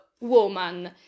woman